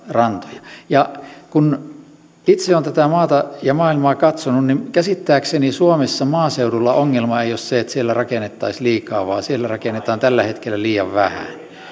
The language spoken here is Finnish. rantoja ja kun itse olen tätä maata ja maailmaa katsonut niin käsittääkseni suomessa maaseudulla ongelma ei ole se että siellä rakennettaisiin liikaa vaan siellä rakennetaan tällä hetkellä liian vähän